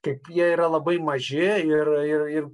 kaip jie yra labai maži ir ir ir